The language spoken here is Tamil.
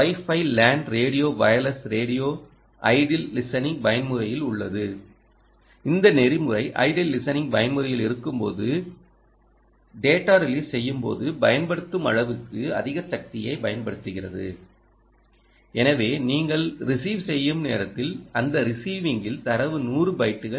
wifi LAN radio wireless radio idle listening பயன்முறையில் உள்ளது இந்த நெறிமுறை ஐடில் லிஸனிங் பயன்முறையில் இருக்கும்போது டேடா ரிஸீவ் செய்யும்போது பயன்படுத்தும் அளவுக்கு அதிக சக்தியைப் பயன்படுத்துகிறது எனவே நீங்கள் ரிஸீவ் செய்யும் நேரத்தில் ரிஸீவிங்கில் தரவு 100 பைட்டுகள்